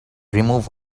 remove